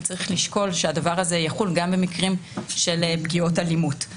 וצריך לשקול שהדבר הזה יחול גם במקרים של פגיעות אלימות.